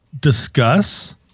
discuss